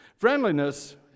Friendliness